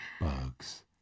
bugs